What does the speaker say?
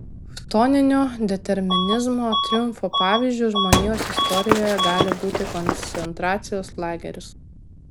chtoninio determinizmo triumfo pavyzdžiu žmonijos istorijoje gali būti koncentracijos lageris